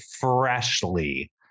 freshly